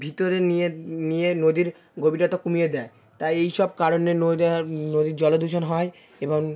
ভিতরে নিয়ে নিয়ে নদীর গভীরতা কমিয়ে দেয় তাই এই সব কারণে নদীর জল দূষণ হয় এবং